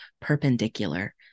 perpendicular